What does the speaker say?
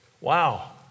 wow